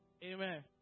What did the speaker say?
Amen